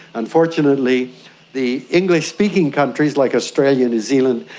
unfortunately the english-speaking countries like australia, new zealand,